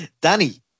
Danny